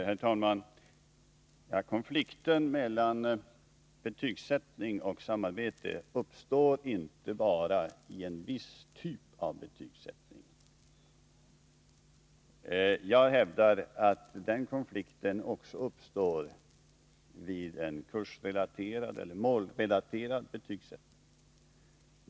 Herr talman! Konflikten mellan betygsättning och samarbete uppstår inte bara vid en viss typ av betygsättning. Jag hävdar att den konflikten också uppstår vid en kursrelaterad eller målrelaterad betygsättning.